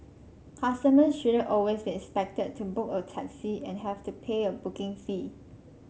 customers shouldn't always be expected to book a taxi and have to pay a booking fee